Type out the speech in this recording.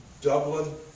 Dublin